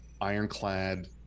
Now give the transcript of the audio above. ironclad